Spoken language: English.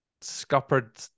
scuppered